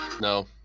No